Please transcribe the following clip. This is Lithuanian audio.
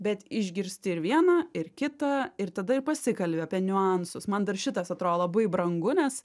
bet išgirsti ir vieną ir kitą ir tada ir pasikalbi apie niuansus man dar šitas atrodo labai brangu nes